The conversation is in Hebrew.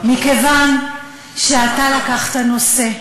מכיוון שאתה לקחת נושא,